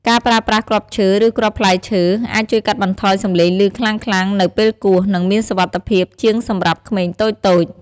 ការប្រើប្រាស់គ្រាប់ឈើ ឬគ្រាប់ផ្លែឈើអាចជួយកាត់បន្ថយសំឡេងឮខ្លាំងៗនៅពេលគោះ និងមានសុវត្ថិភាពជាងសម្រាប់ក្មេងតូចៗ។